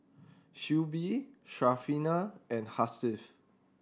Shuib Syarafina and Hasif